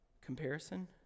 Comparison